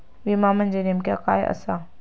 विमा म्हणजे नेमक्या काय आसा?